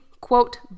quote